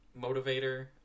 motivator